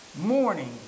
Morning